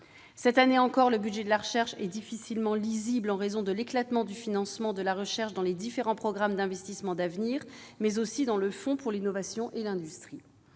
Cette année encore, le budget de la recherche est difficilement lisible, en raison de l'éclatement du financement de la recherche dans les différents programmes d'investissements d'avenir, mais aussi dans le Fonds pour l'innovation et l'industrie.